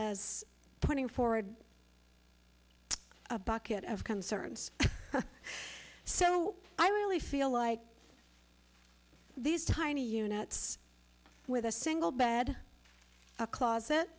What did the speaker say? as putting forward a bucket of concerns so i really feel like these tiny units with a single bad closet